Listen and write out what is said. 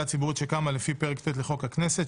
הציבורית שקמה לפי פרק ט' לחוק הכנסת,